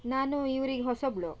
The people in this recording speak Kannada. ನಾನು ಈ ಊರಿಗೆ ಹೊಸಬಳು